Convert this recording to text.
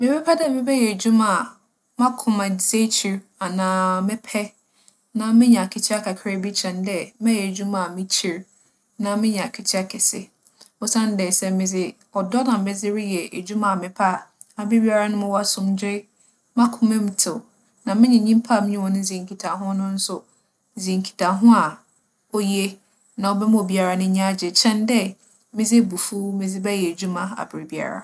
Mebɛpɛ dɛ mebɛyɛ edwuma a m'akoma dzi ekyir anaa mepɛ na menya akatua kakraabi kyɛn dɛ mɛyɛ edwuma a mikyir na menya akatua kɛse. Osiandɛ, sɛ medze ͻdͻ na medze reyɛ edwuma a mepɛ a, aberbiara no mowͻ asomdwee, m'akoma mu tsew, na menye nyimpa menye hͻn dzi nkitaho no so dzi nkitaho a oye na ͻbɛma obiara n'enyi agye kyɛn dɛ medze ebufuw medze bɛyɛ edwuma aberbiara.